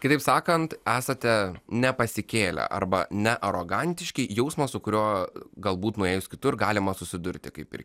kitaip sakant esate nepasikėlę arba nearogantiški jausmas su kuriuo galbūt nuėjus kitur galima susidurti kaip ir